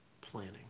planning